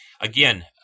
Again